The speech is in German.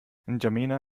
n’djamena